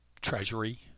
treasury